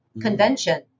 convention